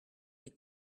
des